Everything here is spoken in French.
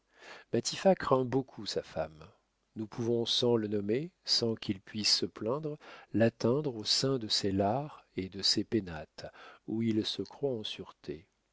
matifat craint beaucoup sa femme nous pouvons sans le nommer sans qu'il puisse se plaindre l'atteindre au sein de ses lares et de ses pénates où il se croit en sûreté